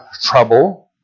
trouble